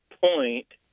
point